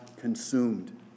consumed